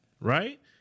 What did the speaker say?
Right